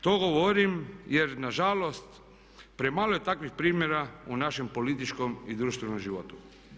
To govorim jer na žalost premalo je takvih primjera u našem političkom i društvenom životu.